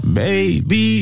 baby